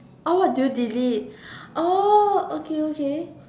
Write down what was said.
oh what did you delete oh okay okay